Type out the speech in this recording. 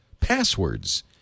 passwords